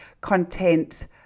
content